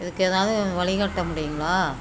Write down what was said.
இதுக்கு ஏதாவது வழிகாட்ட முடியுங்களா